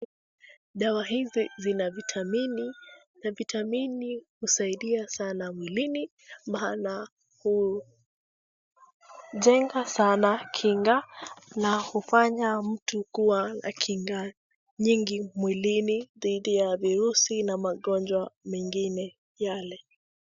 Dawa hizi zina vitamini na vitamini husaidia sana mwilini maana hujenga sana kinga na hufanya mtu kuwa na kinga nyingi mwilini dhidi ya virusi na magonjwa mengine yale.